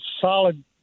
solid